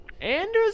Anders